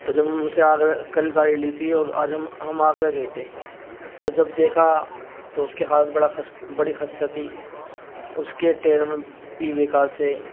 تو جب مجھ سے آگرہ کل گاڑی لی تھی اور آج ہم ہم آگرہ گئے تھے تو جب دیکھا تو اس کے حالت بڑا خس بڑی خستہ تھی اس کے ٹیر میں بھی بیکار تھے